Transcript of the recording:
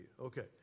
Okay